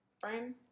frame